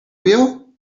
wheel